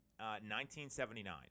1979